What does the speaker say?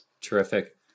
Terrific